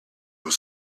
will